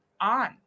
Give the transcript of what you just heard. on